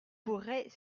pourrait